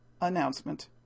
announcement